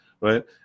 right